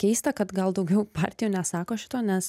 keista kad gal daugiau partijų nesako šito nes